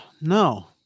No